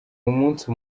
umunsi